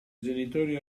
genitori